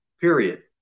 Period